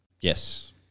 Yes